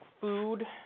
food